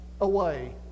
away